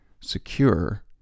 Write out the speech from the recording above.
secure